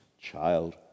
child